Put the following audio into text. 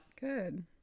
Good